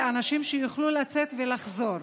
לאנשים שיוכלו לצאת ולחזור.